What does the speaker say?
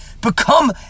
become